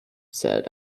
said